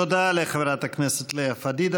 תודה לחברת הכנסת לאה פדידה.